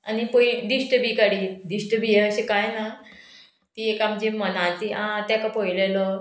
आनी पयलीं दिश्ट बी काडी दिश्ट बी हें अशें कांय ना ती एक आमची मनाची आं ताका पळयलेलो